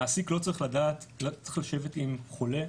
המעסיק לא צריך לדעת ולא צריך לשבת עם החולה,